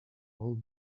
all